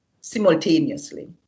simultaneously